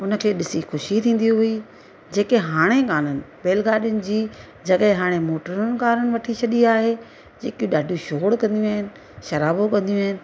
हुनखे ॾिसी ख़ुशी थींदी हुई जेके हाणे कान्हनि बैलॻाडियुनि जी जॻह हाणे मोटरुनि कारुनि वठी छॾी आहे जेकियूं ॾाढी शोर कंदियूं आहिनि शराबो कंदियूं आहिनि